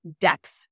depth